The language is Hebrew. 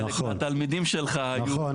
חלק מהתלמידים שלך --- נכון,